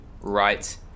right